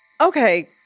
Okay